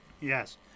Yes